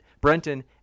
Brenton